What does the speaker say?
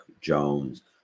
Jones